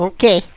Okay